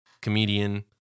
comedian